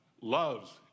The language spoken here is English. loves